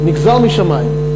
נגזר משמים.